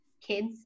kids